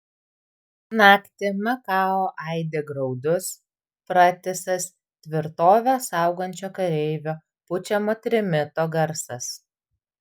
naktį makao aidi graudus pratisas tvirtovę saugančio kareivio pučiamo trimito garsas